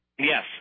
Yes